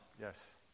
Yes